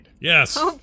Yes